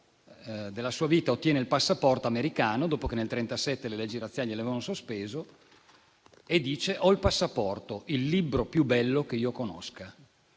della sua vita ottiene il passaporto americano, dopo che nel 1937 le leggi razziali lo avevano sospeso, e dice di avere il passaporto, il libro più bello che conosca.